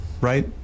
right